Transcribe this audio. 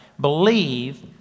believe